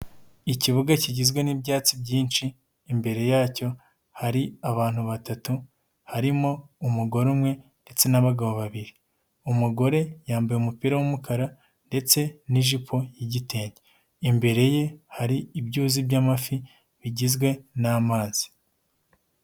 Ikibuga kigizwe n'ibyatsi byinshi imbere yacyo hari abantu batatu, harimo umugore umwe ndetse n'abagabo babiri umugore yambaye umupira w'umukara ndetse n'ijipo y'igitenge imbere ye hari ibyuzi by'amafi bigizwe n'amazi.